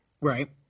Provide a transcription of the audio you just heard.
Right